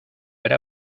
era